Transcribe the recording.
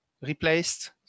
replaced